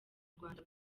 rwanda